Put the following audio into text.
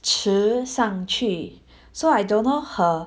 迟上去 so I don't know her